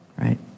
right